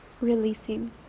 releasing